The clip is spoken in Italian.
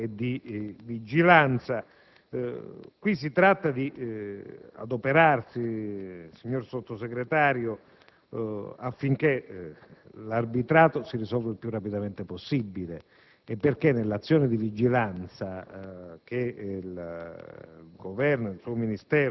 di mobilitazione e di vigilanza. Si tratta di adoperarsi, signor Sottosegretario, affinché l'arbitrato si risolva il più rapidamente possibile e perché nell'azione di vigilanza che il